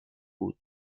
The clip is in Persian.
بود